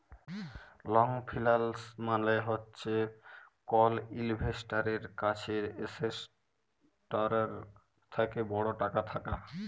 long finance মালে হছে কল ইল্ভেস্টারের কাছে এসেটটার থ্যাকে বড় টাকা থ্যাকা